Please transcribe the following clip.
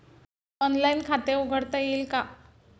Online खाते उघडता येईल का?